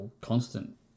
constant